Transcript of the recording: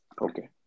Okay